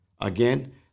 Again